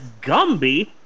Gumby